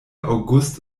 august